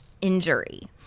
injury